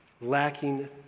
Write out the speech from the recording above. lacking